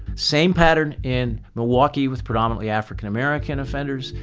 same pattern in milwaukee with predominantly african-american offenders.